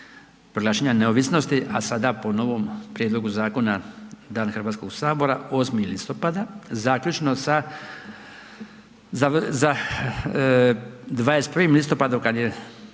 proglašenja neovisnosti, a sada po novom prijedlogu zakona, dan HS 8. listopada zaključno sa 21. listopadom kad je,